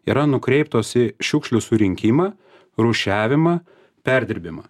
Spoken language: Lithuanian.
yra nukreiptos į šiukšlių surinkimą rūšiavimą perdirbimą